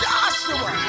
Joshua